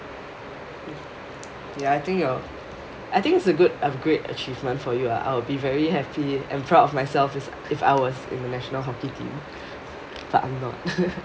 ya I think yo~ I think it's a good a great achievement for you lah I would be very happy and proud of myself if if I was in the national hockey team but I am not